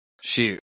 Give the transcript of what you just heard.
Shoot